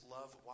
love